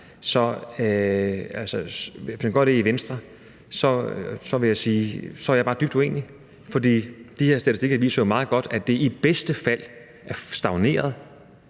så er jeg bare dybt uenig, vil jeg sige. For de her statistikker viser jo meget godt, at det i bedste fald er stagneret,